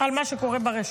ועל מה שקורה ברשת.